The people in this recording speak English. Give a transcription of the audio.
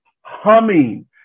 humming